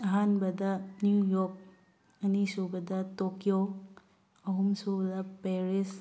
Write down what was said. ꯑꯍꯥꯟꯕꯗ New York ꯑꯅꯤꯁꯨꯕꯗ Tokyo ꯑꯍꯨꯝꯁꯨꯕꯗ ꯄꯦꯔꯤꯁ